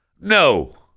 No